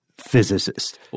Physicist